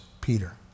Peter